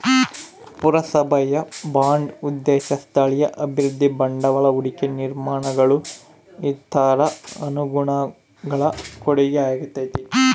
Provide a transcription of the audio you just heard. ಪುರಸಭೆಯ ಬಾಂಡ್ ಉದ್ದೇಶ ಸ್ಥಳೀಯ ಅಭಿವೃದ್ಧಿ ಬಂಡವಾಳ ಹೂಡಿಕೆ ನಿರ್ಮಾಣಗಳು ಇತರ ಅನುದಾನಗಳ ಕೊಡುಗೆಯಾಗೈತೆ